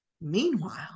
Meanwhile